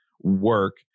work